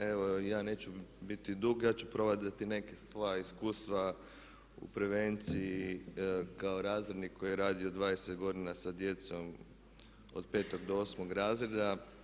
Evo ja neću biti dug, ja ću podijeliti neka svoja iskustva u prevenciji kao razrednik koji je radio 20 godina sa djecom od 5 do 8 razreda.